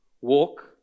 walk